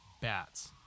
Bats